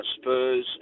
Spurs